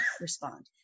respond